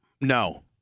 no